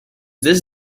this